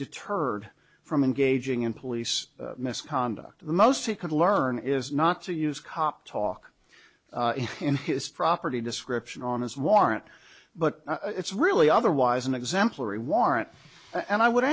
deterred from engaging in police misconduct the most he could learn is not to use cop talk in his property description on his warrant but it's really otherwise an exemplary warrant and i would